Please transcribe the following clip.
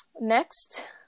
next